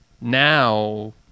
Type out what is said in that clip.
Now